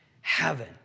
heaven